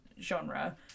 genre